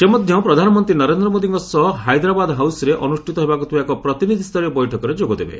ସେ ମଧ୍ୟ ପ୍ରଧାନମନ୍ତ୍ରୀ ନରେନ୍ଦ୍ ମୋଦୀଙ୍କ ସହ ହାଇଦରାବାଦ ହାଉସରେ ଅନୃଷ୍ଠିତ ହେବାକୁ ଥିବା ଏକ ପ୍ରତିନିଧିସ୍ତରୀୟ ବୈଠକରେ ଯୋଗଦେବେ